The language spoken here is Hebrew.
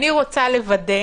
אני רוצה לוודא